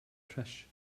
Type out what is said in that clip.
trash